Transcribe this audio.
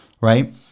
Right